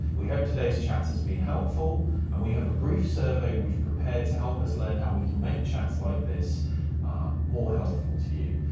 we hope today's chat has been helpful and we have a brief survey we've prepared to help us learn how we can make chats like this more helpful to you,